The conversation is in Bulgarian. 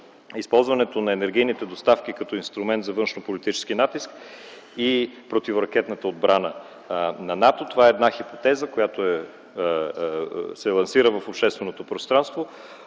използването на енергийните доставки като инструмент за външнополитически натиск и противоракетната отбрана на НАТО – това е една хипотеза, която се лансира в общественото пространство.